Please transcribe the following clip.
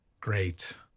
Great